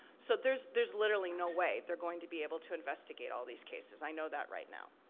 so, there's there's literally no way they're going to be able to investigate all these cases, i know that right now.